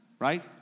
Right